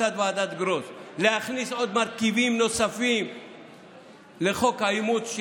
להכניס עוד מרכיבים לחוק האימוץ,